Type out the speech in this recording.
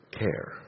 care